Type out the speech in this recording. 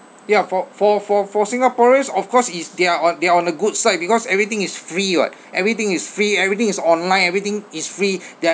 yeah for for for for singaporeans of course is they're on they're on the good side because everything is free [what] everything is free everything is online everything is free they're